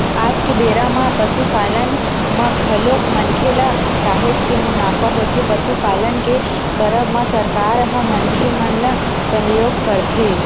आज के बेरा म पसुपालन म घलोक मनखे ल काहेच के मुनाफा होथे पसुपालन के करब म सरकार ह मनखे मन ल सहयोग करथे